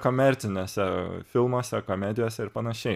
komerciniuose filmuose komedijose ir panašiai